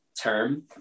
term